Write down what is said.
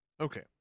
Okay